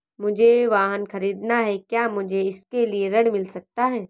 मुझे वाहन ख़रीदना है क्या मुझे इसके लिए ऋण मिल सकता है?